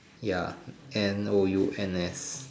ya N O U N S